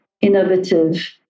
innovative